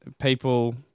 People